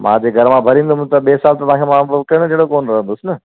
मां जे घर मां भरींदुमि त ॿिए साल त तव्हांखे मां अम्ब कहिड़े जहिड़ो ॾियणो पवंदो अम्ब